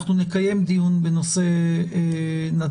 אנחנו נקיים דיון בנושא נתב"ג.